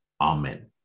amen